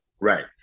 Right